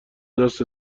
دست